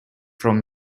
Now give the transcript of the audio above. from